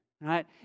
right